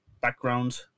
background